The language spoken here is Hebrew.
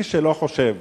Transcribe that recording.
מי שלא חושב